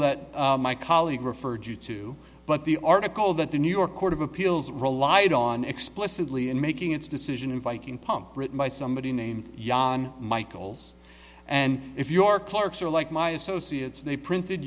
that my colleague referred you to but the article that the new york court of appeals relied on explicitly in making its decision in viking pump written by somebody named yon michaels and if your clerks are like my associates they printed